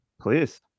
Please